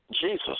Jesus